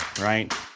right